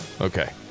Okay